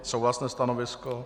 Souhlasné stanovisko.